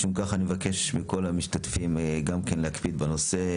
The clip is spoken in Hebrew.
משום כך אני מבקש מכל המשתתפים גם כן להקפיד בנושא.